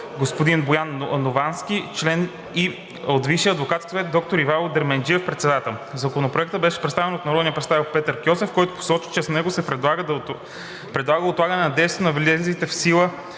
господин Боян Новански – член; и от Висшия адвокатски съвет доктор Ивайло Дерменджиев – председател. Законопроектът беше представен от народния представител Петър Кьосев, който посочи, че с него се предлага отлагане на действието на влезлите на